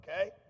Okay